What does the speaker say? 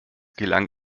gelang